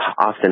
often